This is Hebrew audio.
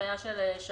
בהנחיה של שב"כ